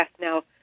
now